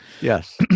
Yes